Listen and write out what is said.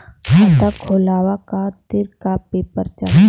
खाता खोलवाव खातिर का का पेपर चाही?